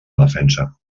defensa